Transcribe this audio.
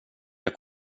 jag